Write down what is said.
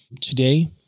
today